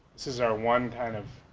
this is our one kind of,